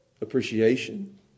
appreciation